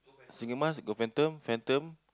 into phantom phantom